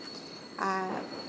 ah